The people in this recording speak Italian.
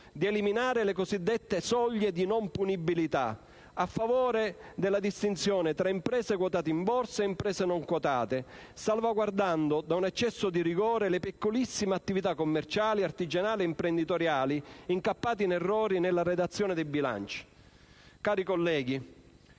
di eliminare le cosiddette soglie di non punibilità a favore della distinzione tra imprese quotate in borsa e imprese non quotate, salvaguardando da un eccesso di rigore le piccolissime attività commerciali, artigianali, imprenditoriali, incappate in errori nella redazione dei bilanci. Cari colleghi,